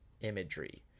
imagery